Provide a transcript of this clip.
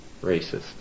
racist